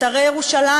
את הרי ירושלים,